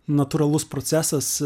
natūralus procesas